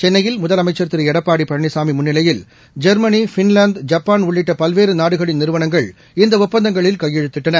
சென்னையில் முதலமைச்சர் திரு எடப்பாடி பழனிசாமி முன்னிலையில் ஜொ்மனி பின்லாந்து ஜப்பான் உள்ளிட்ட பல்வேறு நாடுகளின் நிறுவனங்கள் இந்த ஒப்பந்தங்களில் கையெழுத்திட்டன